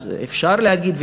אז אפשר להגיד,